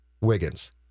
Wiggins